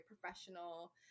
professional